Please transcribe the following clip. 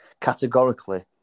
categorically